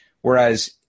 Whereas